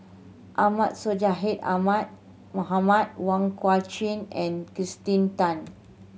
Ahmad Sonhadji Ahmad Mohamad Wong Kah Chun and Kirsten Tan